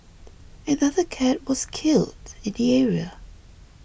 another cat was killed in the area